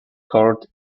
court